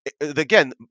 again